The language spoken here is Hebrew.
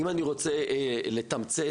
אם אני רוצה לתמצת